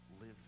live